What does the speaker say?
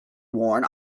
worn